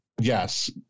Yes